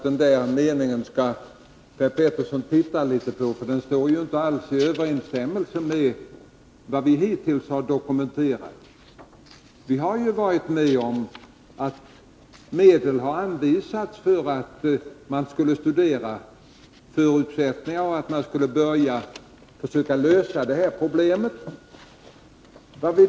Den meningen skall nog Per Petersson fundera litet över, för den står inte alls i överensstämmelse med vad vi hittills har dokumenterat. Vi har ju varit med om att medel har anvisats för att man skulle studera olika förutsättningar. Dessutom skulle man försöka lösa det här problemet.